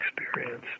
experience